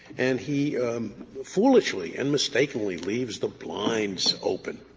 and he foolishly and mistakenly leaves the blinds open